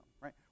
right